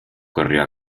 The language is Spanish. corrió